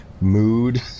mood